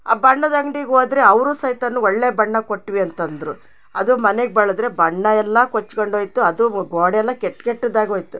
ಆ ಬಣ್ಣದ ಅಂಗ್ಡಿಗೆ ಹೋದ್ರೆ ಅವರು ಸಹಿತನು ಒಳ್ಳೆಯ ಬಣ್ಣ ಕೊಟ್ವಿ ಅಂತಂದರು ಅದು ಮನೆಗೆ ಬಳದ್ರೆ ಬಣ್ಣ ಎಲ್ಲ ಕೊಚ್ಕೊಂಡೋಯಿತು ಅದು ಗೋಡೆಯಲ್ಲ ಕೆಟ್ಟ್ ಕೆಟ್ಟ್ದಾಗಿ ಹೋಯ್ತು